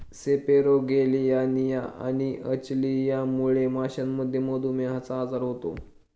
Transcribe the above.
सेपेरोगेलियानिया आणि अचलियामुळे माशांमध्ये मधुमेहचा आजार होतो